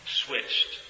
switched